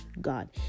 God